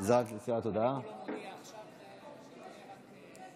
זו רק מסירת